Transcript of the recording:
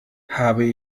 habe